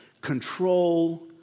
control